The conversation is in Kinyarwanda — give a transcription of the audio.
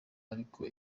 ariko